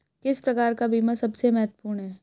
किस प्रकार का बीमा सबसे महत्वपूर्ण है?